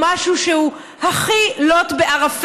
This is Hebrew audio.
כי המיסוי על היצוא הוא משהו שהוא הכי לוט בערפל